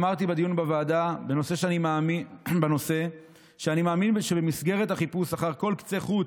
אמרתי בדיון בוועדה בנושא שאני מאמין שבמסגרת החיפוש אחר כל קצה חוט,